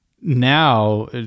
Now